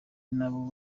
nabo